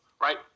right